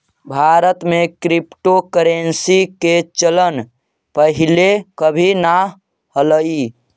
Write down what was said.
भारत में क्रिप्टोकरेंसी के चलन पहिले कभी न हलई